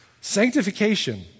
Sanctification